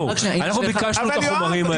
אנחנו ביקשנו את החומרים האלה.